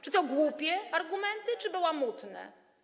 Czy to głupie argumenty, czy bałamutne?